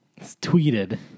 tweeted